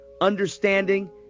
understanding